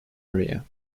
area